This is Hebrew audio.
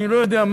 אני לא יודע,